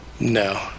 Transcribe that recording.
No